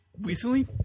recently